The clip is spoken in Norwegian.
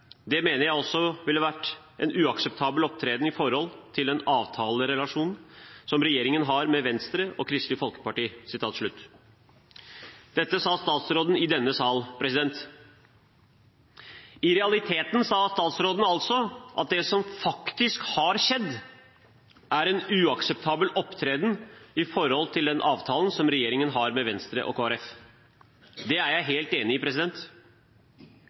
Det mener jeg også ville vært en uakseptabel opptreden i forhold til den avtalerelasjonen som regjeringen har med Venstre og Kristelig Folkeparti.» Dette sa statsråden i denne sal. I realiteten sa statsråden altså at det som faktisk har skjedd, er en uakseptabel opptreden med hensyn til den avtalen som regjeringen har med Venstre og Kristelig Folkeparti. Det er jeg helt enig i.